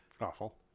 Awful